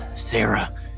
Sarah